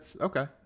okay